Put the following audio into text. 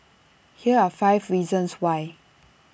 here are five reasons why